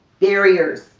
barriers